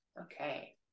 Okay